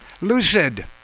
Lucid